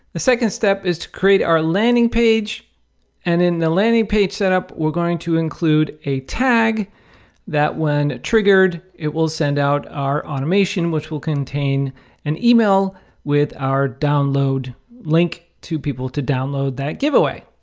the second step is to create our landing page and in the landing page set up, we're going to include a tag that when triggered it will send out our automation, which will contain an email with our download link to people to download that giveaway.